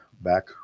back